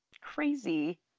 Crazy